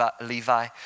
Levi